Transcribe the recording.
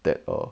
that err